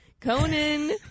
Conan